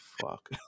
fuck